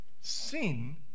Sin